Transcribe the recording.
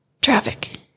traffic